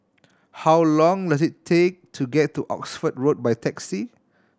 how long does it take to get to Oxford Road by taxi